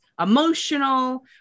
emotional